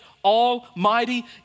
Almighty